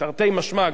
תרתי משמע,